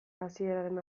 hasieraren